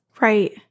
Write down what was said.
right